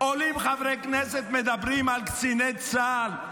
עולים חברי כנסת מדברים על קציני צה"ל.